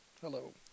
Hello